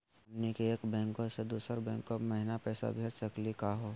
हमनी के एक बैंको स दुसरो बैंको महिना पैसवा भेज सकली का हो?